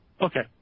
Okay